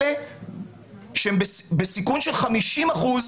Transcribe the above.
אלה שהם בסיכון של 50 אחוזים,